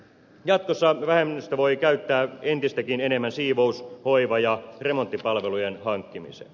jatkossa vähennystä voi käyttää entistäkin enemmän siivous hoiva ja remonttipalvelujen hankkimiseen